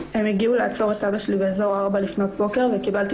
הם הגיעו לעצור את אבא שלי באזור 04:00 לפנות בוקר וקיבלתי